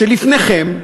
שלפניכם